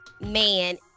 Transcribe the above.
man